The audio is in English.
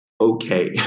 okay